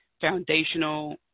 foundational